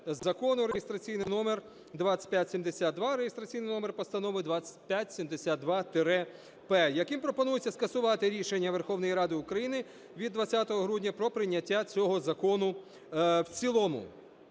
Закону реєстраційний номер 2572 (реєстраційний номер постанови 2572-П), яким пропонується скасувати рішення Верховної Ради України від 20 грудня про прийняття цього закону в цілому.